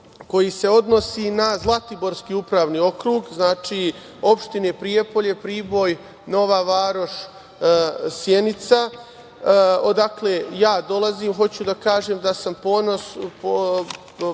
koji se odnosi na Zlatiborski upravni okrug, znači opštine Prijepolje, Priboj, Nova Varoš, Sjenica, odakle dolazim. Posebno sam srećan